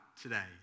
today